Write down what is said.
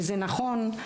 וזה נכון.